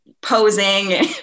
posing